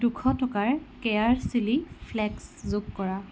দুশ টকাৰ কেয়াৰ চিলি ফ্লেকছ যোগ কৰা